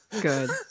Good